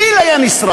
פיל היה נסרט.